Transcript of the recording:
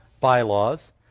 bylaws